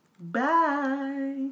Bye